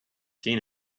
seen